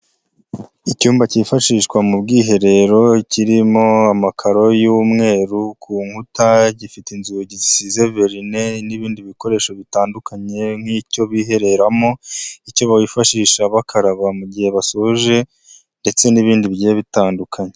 Icyumba cyifashishwa mu bwiherero kirimo amakaro y'umweru ku nkuta, gifite inzugi zisize verine n'ibindi bikoresho bitandukanye nk'icyo bihereramo, icyo bafashisha bakaraba mu gihe basoje ndetse n'ibindi bigiye bitandukanye.